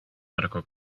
medical